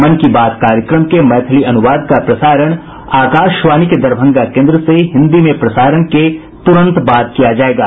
मन की बात कार्यक्रम के मैथिली अनुवाद का प्रसारण आकाशवाणी के दरभंगा केन्द्र से हिन्दी में प्रसारण के तुरंत बाद किया जायेगा